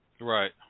Right